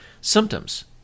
symptoms